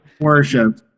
worship